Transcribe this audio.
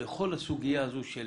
בכל הסוגיה הזו של